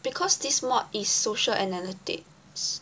because this mod is social analytics